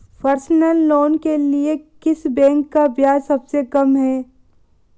Personal loan के लिए किस बैंक का ब्याज सबसे कम है?